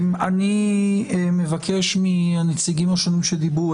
אני מבקש מהנציגים השונים שדיברו,